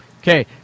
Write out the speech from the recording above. Okay